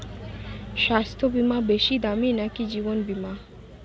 স্বাস্থ্য বীমা বেশী দামী নাকি জীবন বীমা?